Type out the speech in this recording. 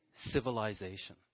civilization